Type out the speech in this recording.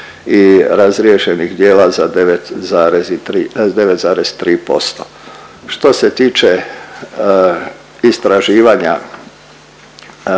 i razriješenih djela za 9,3%. Što se tiče istraživanja